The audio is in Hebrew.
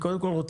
קודם כול,